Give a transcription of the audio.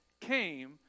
came